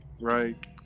right